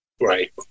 Right